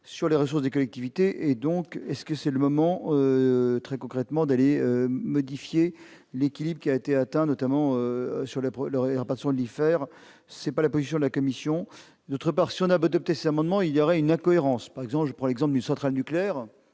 sur les ressources des collectivités et donc est-ce que c'est le moment très concrètement d'aller modifier l'équilibre qui a été atteint, notamment sur la peau, le rire parce on l'y faire, c'est pas la position de la commission d'autre part, si on a peu de pièces amendement, il y aurait eu une incohérence, par exemple, je prends l'exemple d'une centrale nucléaire,